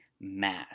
math